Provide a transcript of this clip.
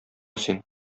син